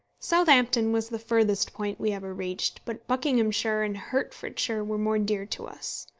southampton was the furthest point we ever reached but buckinghamshire and hertfordshire were more dear to us.